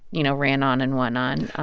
you know, ran on and won on.